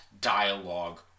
dialogue